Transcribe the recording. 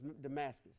Damascus